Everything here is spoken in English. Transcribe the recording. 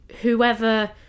whoever